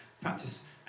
practice